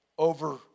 Over